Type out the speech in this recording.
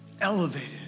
Elevated